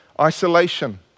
isolation